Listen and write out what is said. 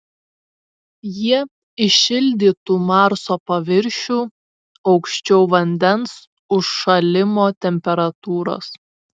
jie įšildytų marso paviršių aukščiau vandens užšalimo temperatūros